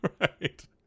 Right